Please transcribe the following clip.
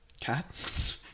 Cat